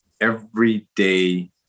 everyday